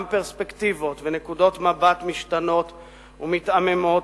גם פרספקטיבות ונקודות מבט משתנות ומתעמעמות,